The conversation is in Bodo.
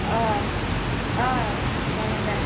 जागोन दे